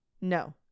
No